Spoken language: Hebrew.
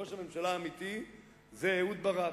ראש הממשלה האמיתי הוא אהוד ברק.